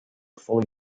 fully